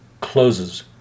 closes